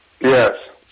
Yes